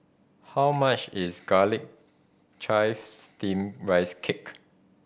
how much is Garlic Chives Steamed Rice Cake